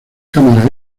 cámaras